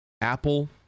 Apple